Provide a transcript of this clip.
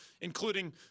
including